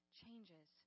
changes